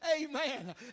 amen